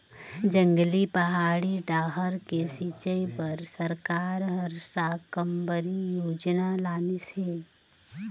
जंगली, पहाड़ी डाहर के सिंचई बर सरकार हर साकम्बरी योजना लानिस हे